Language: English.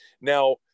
Now